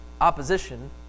opposition